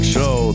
Show